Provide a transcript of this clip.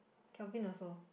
Calvin also